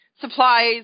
supplies